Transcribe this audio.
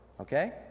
okay